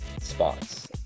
spots